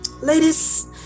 Ladies